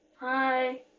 hi